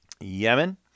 Yemen